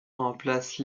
remplace